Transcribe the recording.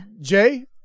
jay